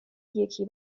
یکی